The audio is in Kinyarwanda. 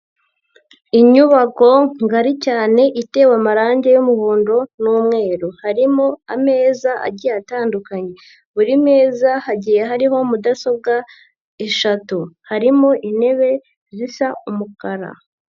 Inyubako ngari cyane itewe amarangi y'umuhondo n'umweru, harimo ameza agiye atandukanye buri meza hagiye hariho mudasobwa eshatu, harimo intebe zisa umukara.